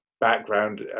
background